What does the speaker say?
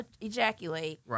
ejaculate